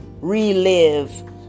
relive